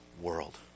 world